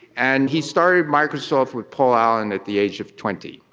and he started microsoft with paul allen at the age of twenty.